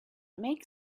make